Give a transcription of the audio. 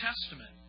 Testament